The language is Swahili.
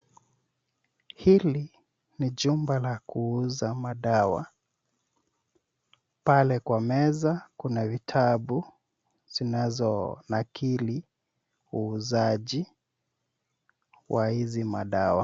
Hili ni jumba la kuuza madawa, pale kwa meza kuna vitabu zinazonakili uuzaji wa hizi madawa.